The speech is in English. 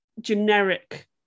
generic